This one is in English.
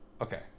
Okay